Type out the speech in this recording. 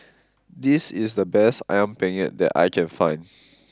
this is the best Ayam Penyet that I can find